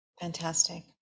Fantastic